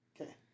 Okay